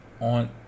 on